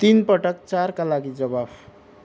तिनपटक चारका लागि जवाफ